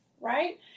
right